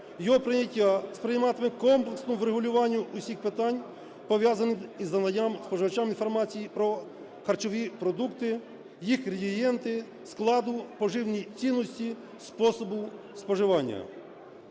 Його прийняття сприятиме комплексному врегулюванню усіх питань, пов'язаних із наданням споживачам інформації про харчові продукти, їх інгредієнти, склад, поживні цінності, способу споживання.